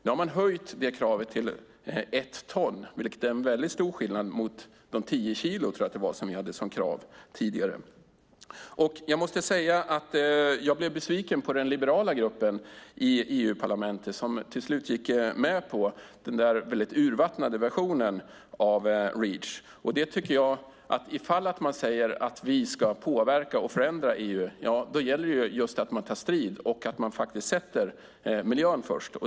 Nu har man höjt kravet till 1 ton, vilket är en stor skillnad mot de 10 kilo som jag tror var det som vi hade som krav tidigare. Jag måste säga att jag blev besviken på den liberala gruppen i EU-parlamentet, som till slut gick med på den urvattnade versionen av Reach. Om man säger att man ska påverka och förändra EU gäller det att ta strid och att sätta miljön först.